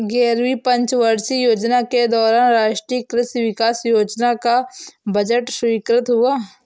ग्यारहवीं पंचवर्षीय योजना के दौरान राष्ट्रीय कृषि विकास योजना का बजट स्वीकृत हुआ